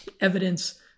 evidence